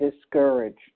discouraged